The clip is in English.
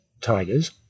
tigers